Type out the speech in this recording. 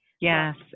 Yes